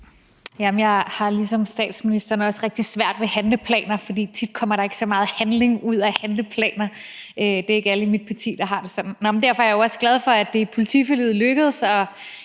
(EL): Jeg har ligesom statsministeren også rigtig svært ved handleplaner, for tit kommer der ikke så meget handling ud af handleplaner. Det er ikke alle i mit parti, der har det sådan. Derfor er jeg jo også glad for, at det i politiforliget lykkedes